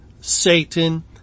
satan